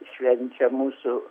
švenčia musių